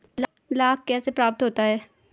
लाख कैसे प्राप्त होता है?